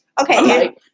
Okay